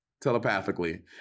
telepathically